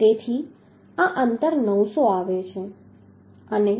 તેથી આ અંતર 900 આવે છે અને